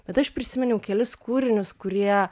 bet aš prisiminiau kelis kūrinius kurie